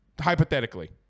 Hypothetically